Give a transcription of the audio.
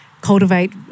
cultivate